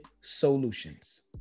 Solutions